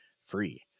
free